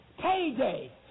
Payday